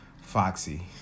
Foxy